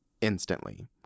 instantly